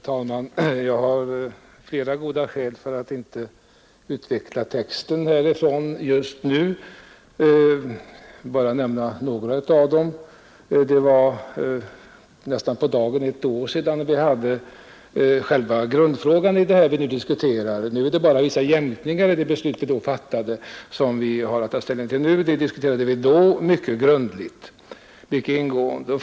Herr talman! Jag har flera goda skäl att inte utveckla texten härifrån talarstolen just nu. Det är nästan på dagen ett år sedan vi hade uppe till behandling grundfrågan i det ärende som vi diskuterar. Det är bara vissa jämkningar i det beslut vi då fattade som vi i dag har att ta ställning till. Själva sakfrågan diskuterade vi då mycket grundligt och ingående.